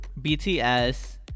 BTS